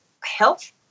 health